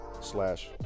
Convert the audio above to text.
slash